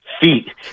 feet